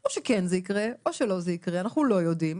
או שכן זה יקרה או שלא זה יקרה, אנחנו לא יודעים.